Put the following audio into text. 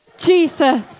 Jesus